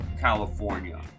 California